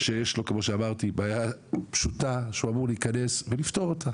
שיש לו כמו שאמרתי בעיה פשוטה שהוא אמור להיכנס ולפתור אותה,